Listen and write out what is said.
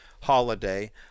holiday